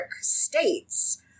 states